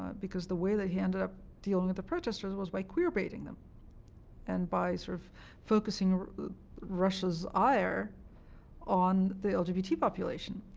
because the way that he ended up dealing with the protesters was by queer-baiting them and by sort of focusing russia's ire on the lgbt population.